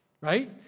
right